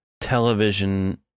television